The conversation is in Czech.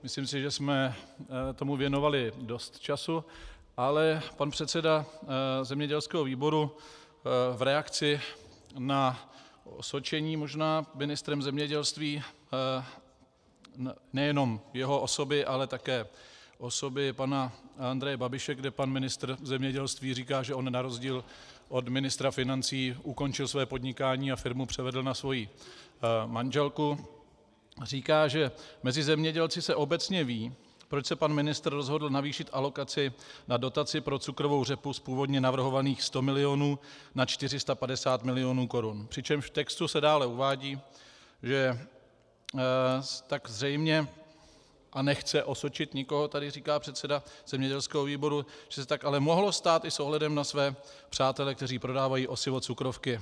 Myslím si, že jsme tomu věnovali dost času, ale pan předseda zemědělského výboru v reakci na osočení možná ministrem zemědělství nejenom jeho osoby, ale také osoby pana Andreje Babiše, kde pan ministr zemědělství říká, že on na rozdíl od ministra financí ukončil své podnikání a firmu převedl na svoji manželku, říká, že mezi zemědělci se obecně ví, proč se pan ministr rozhodl navýšit alokaci na dotaci pro cukrovou řepu z původně navrhovaných 100 mil. na 450 mil. Kč, přičemž v textu se dále uvádí, že tak zřejmě a nechce osočit nikoho, tady říká předseda zemědělského výboru, ale mohlo stát i s ohledem na své přátele, kteří prodávají osivo cukrovky.